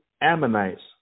Ammonites